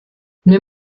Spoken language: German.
wir